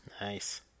Nice